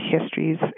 histories